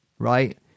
Right